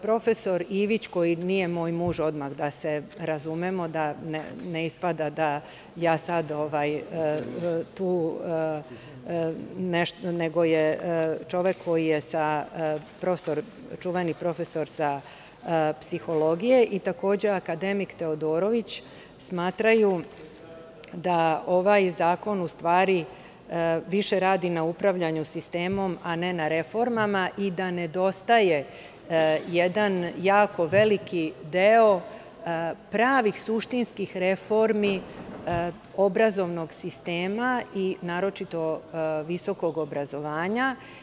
Profesor Ivić, koji nije moj muž, odmah da se razumemo, da ne ispada da ja sad tu nešto, nego je čuveni profesor sa psihologije i, takođe, akademik Teodorović smatraju da ovaj zakon u stvari više radi na upravljanju sistemom, a ne na reformama i da nedostaje jedan jako veliki deo pravih, suštinskih reformi obrazovnog sistema, a naročito visokog obrazovanja.